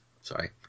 Sorry